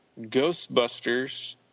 Ghostbusters